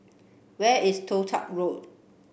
where is Toh Tuck Road